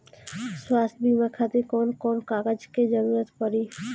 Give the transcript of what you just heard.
स्वास्थ्य बीमा खातिर कवन कवन कागज के जरुरत पड़ी?